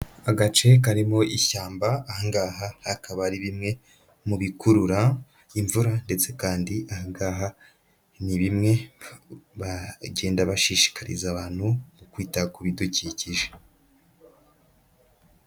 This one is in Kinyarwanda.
Agace karimo ishyamba, aha ngaha akaba ari bimwe mu bikurura imvura ndetse kandi aha ngaha ni bimwe bagenda bashishikariza abantu kwita ku bidukikije.